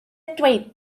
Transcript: dweud